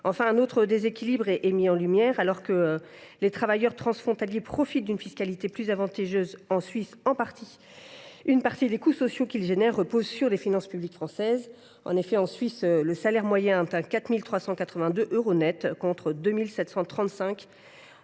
Enfin, un autre déséquilibre est mis en lumière. Alors que les travailleurs transfrontaliers profitent d’une fiscalité plus avantageuse en Suisse, une partie des coûts sociaux qu’ils engendrent repose sur les finances publiques françaises. En Suisse, le salaire moyen atteint 4 382 euros nets, contre 2 735 euros